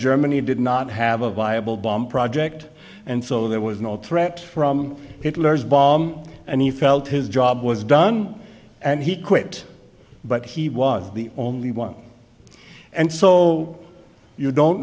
germany did not have a viable bomb project and so there was no threat from hitler and he felt his job was done and he quit but he was the only one and so you don't